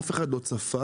אף אחד לא צפה,